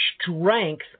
strength